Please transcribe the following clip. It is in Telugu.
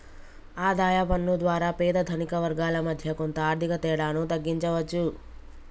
ఆదాయ పన్ను ద్వారా పేద ధనిక వర్గాల మధ్య కొంత ఆర్థిక తేడాను తగ్గించవచ్చు